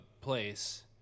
place